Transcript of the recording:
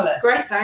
Great